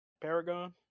Paragon